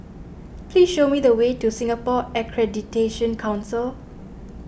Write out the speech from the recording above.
please show me the way to Singapore Accreditation Council